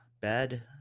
Bad